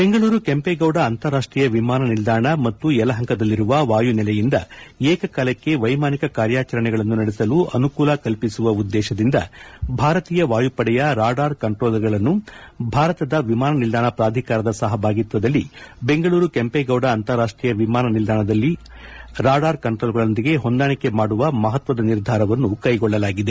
ಬೆಂಗಳೂರು ಕೆಂಪೇಗೌಡ ಅಂತಾರಾಷ್ಷೀಯ ವಿಮಾನ ನಿಲ್ದಾಣ ಮತ್ತು ಯಲಹಂಕದಲ್ಲಿರುವ ವಾಯುನೆಲೆಯಿಂದ ಏಕಕಾಲಕ್ಕೆ ವೈಮಾನಿಕ ಕಾರ್ಯಾಚರಣೆಗಳನ್ನು ನಡೆಸಲು ಅನುಕೂಲ ಕಲ್ಪಿಸುವ ಉದ್ದೇಶದಿಂದ ಭಾರತೀಯ ವಾಯುಪಡೆಯ ರಾಡಾರ್ ಕಂಟ್ರೋಲರ್ಗಳನ್ನು ಭಾರತದ ವಿಮಾನ ನಿಲ್ದಾಣ ಪ್ರಾಧಿಕಾರದ ಸಹಭಾಗಿತ್ವದಲ್ಲಿ ಬೆಂಗಳೂರು ಕೆಂಪೇಗೌಡ ಅಂತಾರಾಷ್ಷೀಯ ವಿಮಾನ ನಿಲ್ದಾಣದಲ್ಲಿಯ ರಾಡಾರ್ ಕಂಟ್ರೋಲರ್ಗಳೊಂದಿಗೆ ಹೊಂದಾಣಿಕೆ ಮಾಡುವ ಮಹತ್ತದ ನಿರ್ಧಾರವನ್ನು ಕೈಗೊಳ್ಳಲಾಗಿದೆ